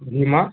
Bhima